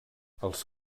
els